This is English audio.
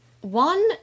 one